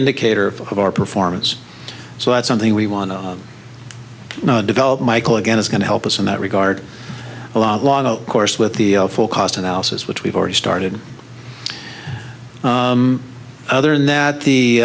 indicator of our performance so that's something we want to know develop michael again is going to help us in that regard a lot longer course with the full cost analysis which we've already started other than that the